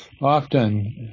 often